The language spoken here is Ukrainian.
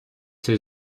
цей